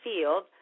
field